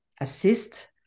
assist